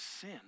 sin